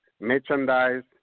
merchandise